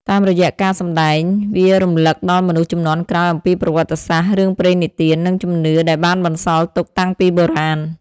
តាមរយៈការសម្ដែង វារំឭកដល់មនុស្សជំនាន់ក្រោយអំពីប្រវត្តិសាស្ត្រ រឿងព្រេងនិទាន និងជំនឿដែលបានបន្សល់ទុកតាំងពីបុរាណ។